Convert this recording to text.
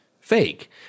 fake